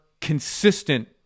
consistent